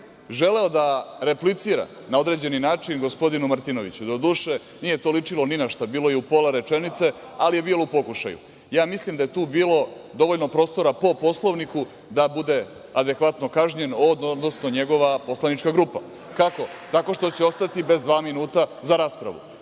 želeo da replicira na određeni način gospodinu Martinoviću, doduše nije to ličilo ni na šta, bilo je u pola rečenice, ali je bilo u pokušaju. Mislim da je tu bilo dovoljno prostora po Poslovniku da bude adekvatno kažnjen, odnosno njegova poslanička grupa. Kako? Tako što će ostati bez dva minuta za raspravu. Inače,